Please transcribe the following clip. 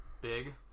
big